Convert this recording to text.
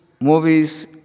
Movies